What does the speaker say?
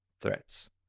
threats